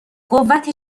قوت